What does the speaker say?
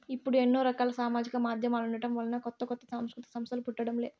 ఇప్పుడు ఎన్నో రకాల సామాజిక మాధ్యమాలుండటం వలన కొత్త కొత్త సాంస్కృతిక సంస్థలు పుట్టడం లే